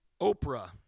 Oprah